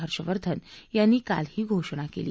हर्षवर्धन यांनी काल ही घोषणा केली